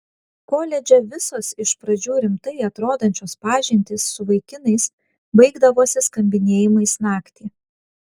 koledže visos iš pradžių rimtai atrodančios pažintys su vaikinais baigdavosi skambinėjimais naktį